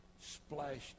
splashed